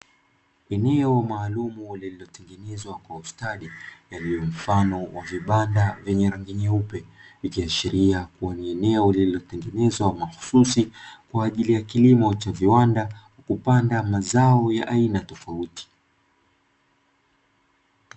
Eneo maalum lililitengenezwa kwa ustadi, mfano wa vibanda vyenye rangi nyeupe, ni kiashiria ulienda tengenezwa mahususi kwa ajili ya kilimo cha viwanda kupanda mazao ya aina tofauti.